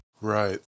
Right